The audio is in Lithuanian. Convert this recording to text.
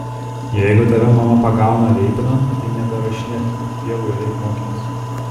jeigu tave mama pagauna veipinant tai neberašinėk tokių pievų ir eik mokytis